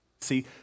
See